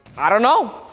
i don't know,